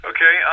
Okay